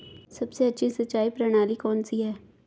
सबसे अच्छी सिंचाई प्रणाली कौन सी है?